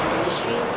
industry